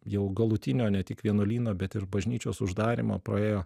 jau galutinio ne tik vienuolyno bet ir bažnyčios uždarymo praėjo